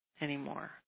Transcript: anymore